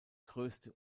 größte